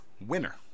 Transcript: winner